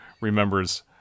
remembers